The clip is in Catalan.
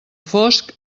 fosc